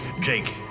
Jake